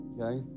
okay